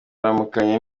aramukanya